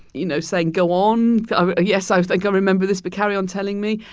you know, saying go on. ah yes, i think i remember this, but carry on telling me.